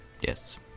Yes